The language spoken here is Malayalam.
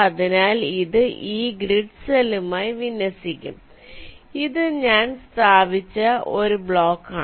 അതിനാൽ ഇത് ഈ ഗ്രിഡ് സെല്ലുമായി വിന്യസിക്കും ഇത് ഞാൻ സ്ഥാപിച്ച ഒരു ബ്ലോക്കാണ്